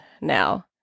now